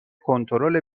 کنترل